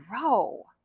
grow